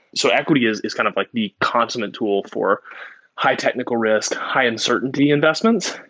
so equity is is kind of like the consonant tool for high technical risk, high uncertainty investments.